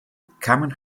kamen